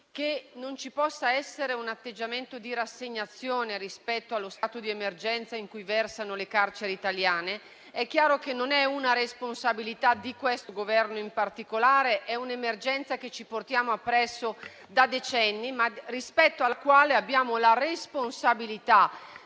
che non ci possa essere un atteggiamento di rassegnazione rispetto allo stato di emergenza in cui versano le carceri italiane. È chiaro che non è una responsabilità di questo Governo in particolare: è un'emergenza che ci portiamo appresso da decenni, rispetto alla quale, però, abbiamo una responsabilità,